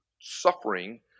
suffering